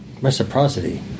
Reciprocity